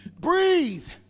Breathe